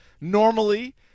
normally